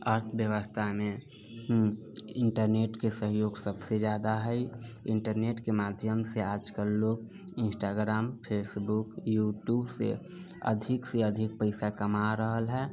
अर्थव्यवस्थामे हूॅं इन्टरनेटके सहयोग सभसँ ज्यादा है इन्टरनेटके माध्यमसँ आज कल लोक इन्स्टाग्राम फेसबुक यूट्यूबसँ अधिकसँ अधिक पैसा कमा रहल है